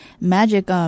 Magic